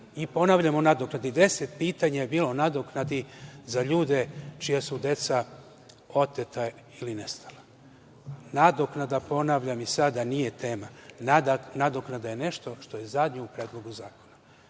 su bila o nadoknadi, 10 pitanja je bilo o nadoknadi za ljude čija su deca oteta ili nestala. Nadoknada, ponavljam, nije sada tema. Nadoknada je nešto što je zadnje u Predlogu zakona.